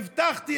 הבטחתי,